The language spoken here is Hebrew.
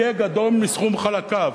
יהיה גדול מסכום חלקיו.